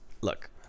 Look